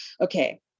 okay